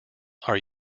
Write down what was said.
are